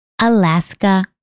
Alaska